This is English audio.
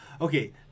okay